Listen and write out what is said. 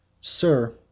Sir